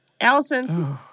Allison